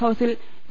ഹൌസിൽ വി